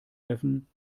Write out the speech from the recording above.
neffen